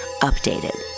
Updated